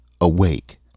Awake